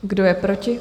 Kdo je proti?